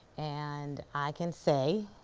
and i can say